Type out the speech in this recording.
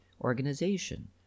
organization